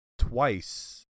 Twice